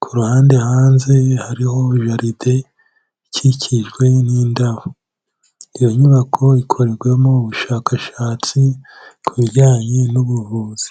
ku ruhande hanze hariho jararide ikikijwe n'indabo, iyo nyubako ikorerwamo ubushakashatsi ku bijyanye n'ubuvuzi.